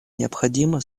необходимо